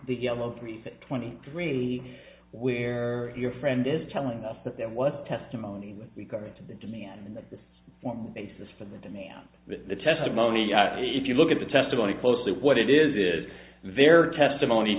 the yellow three for twenty three where your friend is telling us that there was testimony when we come to the demand basis for the demand the testimony if you look at the testimony closely what it is is their testimony